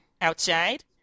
Outside